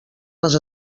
les